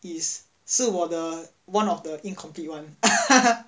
is 是我的 one of the incomplete [one]